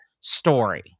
story